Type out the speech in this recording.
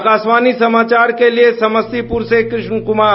आकाशवाणी समाचार के लिये समस्तीपुर से कृष्ण कुमार